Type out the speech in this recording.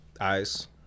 Eyes